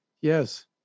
Yes